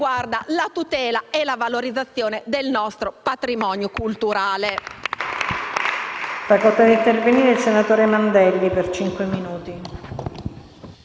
della tutela e della valorizzazione del nostro patrimonio culturale.